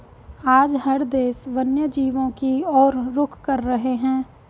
आज हर देश वन्य जीवों की और रुख कर रहे हैं